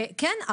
כן,